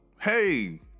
Hey